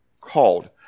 called